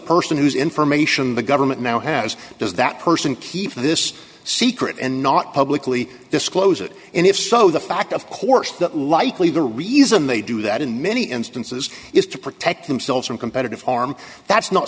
person who's information the government now has does that person keep this secret and not publicly disclose it and if so the fact of course that likely the reason they do that in many instances is to protect themselves from competitive harm that's not